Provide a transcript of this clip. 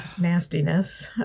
nastiness